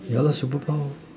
yeah lah superpower